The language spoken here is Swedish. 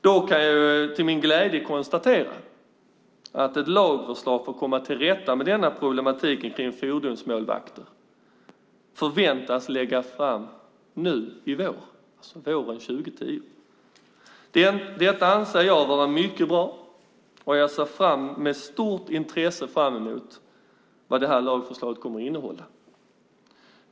Dock kan jag till min glädje konstatera att ett lagförslag för att komma till rätta med problematiken kring fordonsmålvakter förväntas att läggas fram nu under våren 2010. Detta anser jag vara mycket bra, och jag ser med stort intresse fram emot vad detta lagförslag kommer att innehålla.